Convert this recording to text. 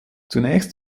zunächst